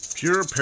Pure